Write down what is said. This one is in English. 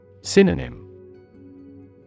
Synonym